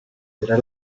era